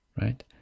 right